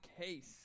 case